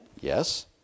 Yes